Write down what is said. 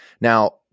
Now